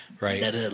right